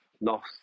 loss